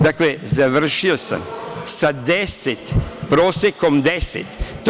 Dakle, završio sam sa prosekom 10,00.